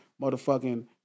motherfucking